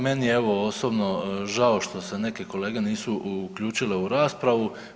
Meni je evo, osobno žao što se neke kolege nisu uključile u raspravu.